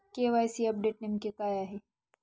KYC update नेमके काय आहे?